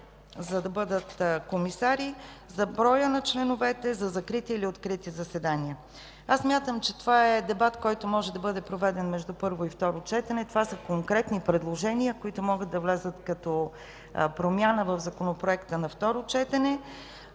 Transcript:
за да бъдат комисари; за броя на членовете; за открити или закрити заседания. Аз смятам, че това е дебат, който може да бъде проведен между първо и второ четене. Това са конкретни предложения, които могат да влязат като промяна в Законопроекта на второ четене.